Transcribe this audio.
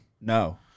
No